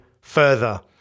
further